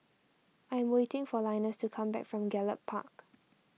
I am waiting for Linus to come back from Gallop Park